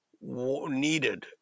needed